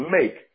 make